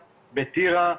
בטירה,